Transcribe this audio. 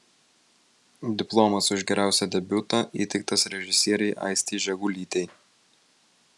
diplomas už geriausią debiutą įteiktas režisierei aistei žegulytei